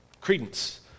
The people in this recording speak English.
credence